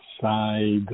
side